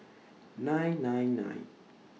nine nine nine